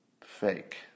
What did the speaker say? Fake